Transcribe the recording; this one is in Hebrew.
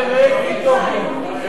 זה ריק מתוכן, אתה יודע.